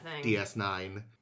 DS9